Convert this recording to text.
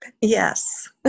Yes